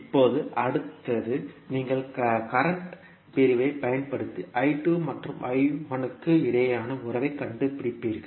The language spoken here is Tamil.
இப்போது அடுத்தது நீங்கள் கரண்ட் பிரிவைப் பயன்படுத்தி மற்றும் க்கு இடையிலான உறவைக் கண்டுபிடிப்பீர்கள்